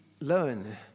learn